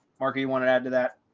mark, do you want to add to that?